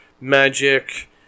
magic